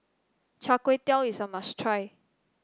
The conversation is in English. Char Kway Teow is a must try